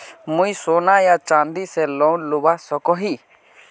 मुई सोना या चाँदी से लोन लुबा सकोहो ही?